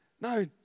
No